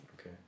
okay